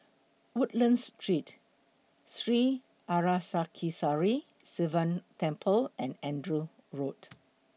Woodlands Street Sri Arasakesari Sivan Temple and Andrew Road